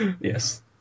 Yes